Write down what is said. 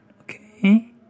Okay